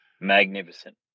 Magnificent